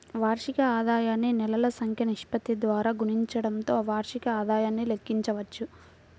వార్షిక ఆదాయాన్ని నెలల సంఖ్య నిష్పత్తి ద్వారా గుణించడంతో వార్షిక ఆదాయాన్ని లెక్కించవచ్చు